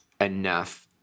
enough